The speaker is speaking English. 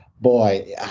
boy